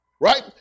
Right